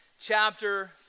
chapter